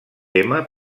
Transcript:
tema